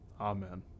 Amen